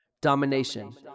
Domination